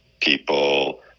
people